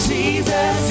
Jesus